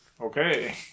Okay